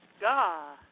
God